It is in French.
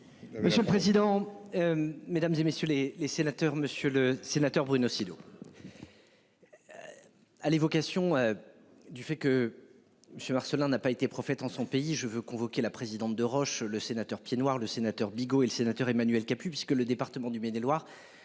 Monsieur le président. Mesdames et messieurs les sénateurs, monsieur le sénateur Bruno Sido. À l'évocation. Du fait que. Monsieur Marcellin n'a pas été prophète en son pays. Je veux convoqué la présidente de Roche, le sénateur noir le sénateur Bigot et le sénateur Emmanuel Capus puisque le département du Maine-et-Loire